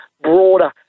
broader